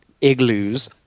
igloos